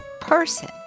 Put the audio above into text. person